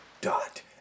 dot